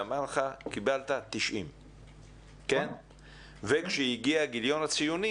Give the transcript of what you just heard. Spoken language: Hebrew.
ואמר לך - קיבלת 90. כשהגיע גיליון הציונים,